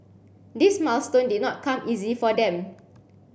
this milestone did not come easy for them